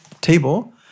table